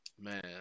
Man